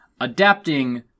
adapting